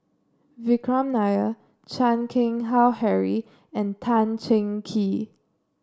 Vikram Nair Chan Keng Howe Harry and Tan Cheng Kee